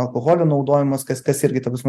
alkoholio naudojimas kas kas irgi ta prasme